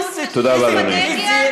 תודה רבה, אדוני.